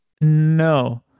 No